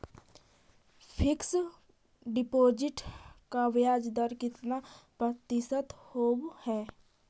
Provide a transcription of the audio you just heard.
Fix deposit का ब्याज दर कितना प्रतिशत होब है?